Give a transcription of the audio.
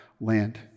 land